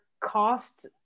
cost